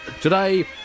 Today